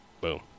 Boom